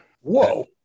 Whoa